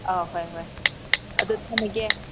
ꯑꯥꯎ ꯍꯣꯏ ꯍꯣꯏ ꯑꯗꯨ ꯊꯝꯃꯒꯦ